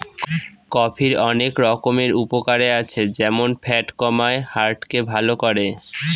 কফির অনেক রকমের উপকারে আছে যেমন ফ্যাট কমায়, হার্ট কে ভালো করে